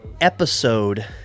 episode